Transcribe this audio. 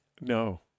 No